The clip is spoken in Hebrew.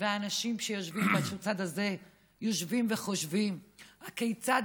ואנשים שיושבים בצד הזה יושבים וחושבים כיצד